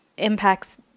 impacts